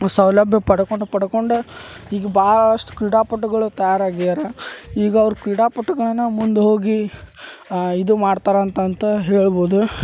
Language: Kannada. ಸೌಲಭ್ಯ ಪಡ್ಕೊಂಡು ಪಡ್ಕೊಂಡು ಈಗ ಭಾಳಷ್ಟು ಕ್ರೀಡಾಪಟುಗಳು ತಯಾರು ಆಗ್ಯಾರ ಈಗ ಅವ್ರು ಕ್ರೀಡಾಪಟುಗಳನ ಮುಂದ ಹೋಗಿ ಇದು ಮಾಡ್ತರಂತಂತ ಹೇಳ್ಬೋದು